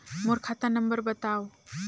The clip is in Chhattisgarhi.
मोर खाता नम्बर बताव?